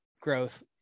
growth